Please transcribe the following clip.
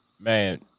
Man